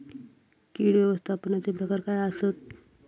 कीड व्यवस्थापनाचे प्रकार काय आसत?